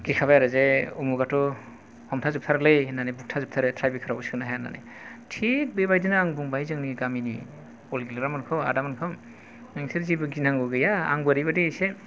गिखाबाय आरो जे उमुगाथ' हमथाजोबथारोलै होननानै बुथारजोबथारो टाइ ब्रेकार आव सोनो हाया होननानै थिग बेबायदिनो आं बुंबाय जोंनि गामिनि बल गेलेग्रामोनखौ आदामोनखौ नोंसोर जेबो गिनांगौ गैया आंबो ओरैबायदि एसे